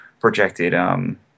projected